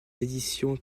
éditions